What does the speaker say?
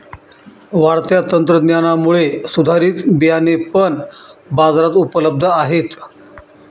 वाढत्या तंत्रज्ञानामुळे सुधारित बियाणे पण बाजारात उपलब्ध आहेत